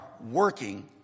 working